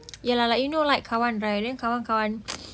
ya lah like you know like kawan right then kawan kawan